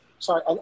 Sorry